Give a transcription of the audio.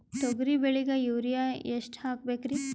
ತೊಗರಿ ಬೆಳಿಗ ಯೂರಿಯಎಷ್ಟು ಹಾಕಬೇಕರಿ?